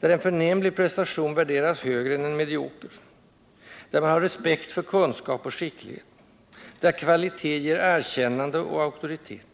Där en förnämlig prestation värderas högre än en medioker. Där man har respekt för kunskap och skicklighet. Där kvalitet ger erkännande och auktoritet.